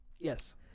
Yes